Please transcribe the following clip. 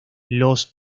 los